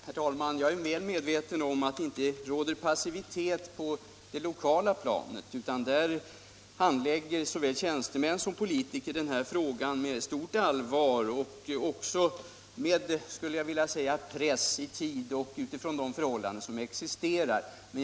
Herr talman! Jag är väl medveten om att det inte råder passivitet på det lokala planet. Där handlägger såväl tjänstemän som politiker denna fråga med stort allvar och också — skulle jag vilja säga — under stor press med tanke på tidsbristen och övriga förhållanden.